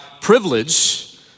privilege